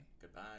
Goodbye